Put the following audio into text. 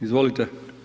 Izvolite.